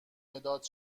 مداد